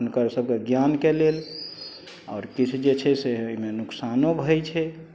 हुनकर सबके ज्ञानके लेल आओर किछु जे छै से ओहिमे नुकसानो होइ छै